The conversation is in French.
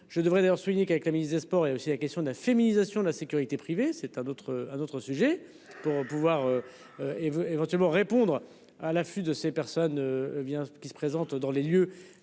je devrais d'ailleurs souligné qu'avec la ministre des Sports et aussi la question de la féminisation de la sécurité privée, c'est un autre un autre sujet pour pouvoir. Et vous éventuellement répondre à l'afflux de ces personnes. Bien ce qui se présente dans les lieux.